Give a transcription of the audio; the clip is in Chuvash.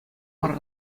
мар